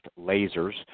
lasers